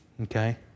Okay